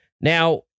Now